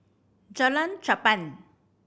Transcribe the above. Jalan Cherpen